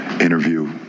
interview